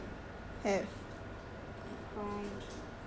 你要 see the pot~ the photo I post [one]